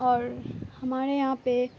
اور ہمارے یہاں پہ